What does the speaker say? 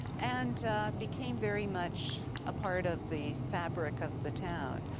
and became very much a part of the fabric of the town.